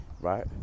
right